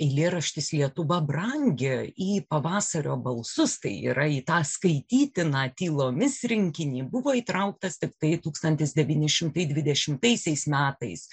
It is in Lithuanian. eilėraštis lietuva brangi į pavasario balsus tai yra į tą skaitytiną tylomis rinkinį buvo įtrauktas tiktai tūkstantis devyni šimtai dvidešimtaisiais metais